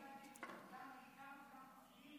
ממש תשובות אחרות לגמרי,